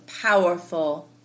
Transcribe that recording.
powerful